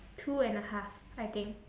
two and a half I think